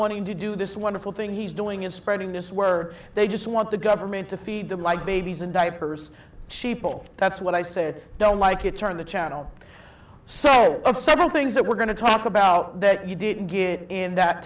wanting to do this wonderful thing he's doing is spreading this word they just want the government to feed them like babies and diapers sheeple that's what i said i don't like it turn the channel so of several things that we're going to talk about that you didn't get in that